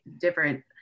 different